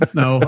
no